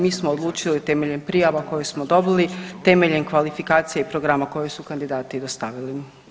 Mi smo odlučili temeljem prijava koje smo dobili, temeljem kvalifikacije i programa koje su kandidati dostavili.